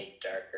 darker